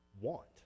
want